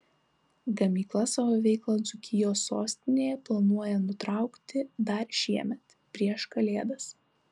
gamykla savo veiklą dzūkijos sostinėje planuoja nutraukti dar šiemet prieš kalėdas